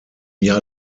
jahr